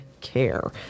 care